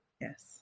yes